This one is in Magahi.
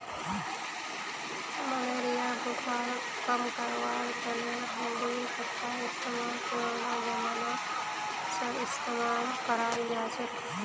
मलेरिया बुखारक कम करवार तने हल्दीर पत्तार इस्तेमाल पुरना जमाना स इस्तेमाल कराल जाछेक